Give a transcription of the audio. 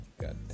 God